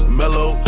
mellow